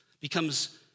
becomes